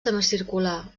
semicircular